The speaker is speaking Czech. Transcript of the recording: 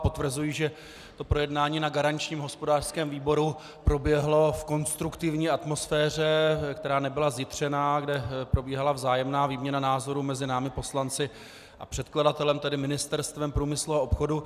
Potvrzuji, že to projednání v garančním hospodářském výboru proběhlo v konstruktivní atmosféře, která nebyla zjitřená, kde probíhala vzájemná výměna názorů mezi námi poslanci a předkladatelem, tedy Ministerstvem průmyslu a obchodu.